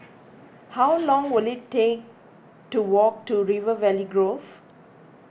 how long will it take to walk to River Valley Grove